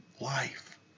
life